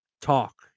talk